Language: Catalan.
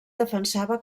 defensava